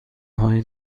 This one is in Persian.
هایی